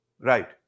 Right